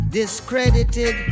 discredited